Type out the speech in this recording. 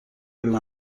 rely